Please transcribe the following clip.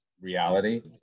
reality